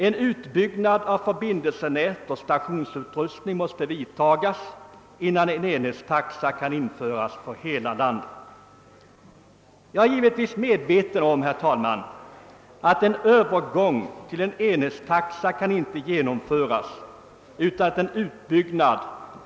En utbyggnad av förbindelsenät och stationsutrustning måste genomföras innan en enhetstaxa kan tillämpas för hela landet. Jag är givetvis medveten om att en övergång till enhetstaxa inte skulle kunna genomföras utan en sådan utbyggnad.